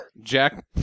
jack